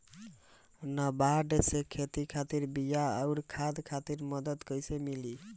नाबार्ड से खेती खातिर बीया आउर खाद खातिर मदद कइसे मिली?